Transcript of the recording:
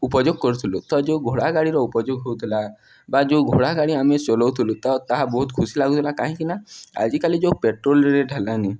ଉପଯୋଗ କରୁଥିଲୁ ତ ଯେଉଁ ଘୋଡ଼ା ଗାଡ଼ିର ଉପଯୋଗ ହଉଥିଲା ବା ଯେଉଁ ଘୋଡ଼ା ଗାଡ଼ି ଆମେ ଚଲାଉଥିଲୁ ତ ତାହା ବହୁତ ଖୁସି ଲାଗୁଥିଲା କାହିଁକିନା ଆଜିକାଲି ଯେଉଁ ପେଟ୍ରୋଲ ରେଟ୍ ହେଲାନି